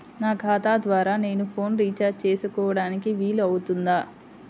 నా ఖాతా ద్వారా నేను ఫోన్ రీఛార్జ్ చేసుకోవడానికి వీలు అవుతుందా?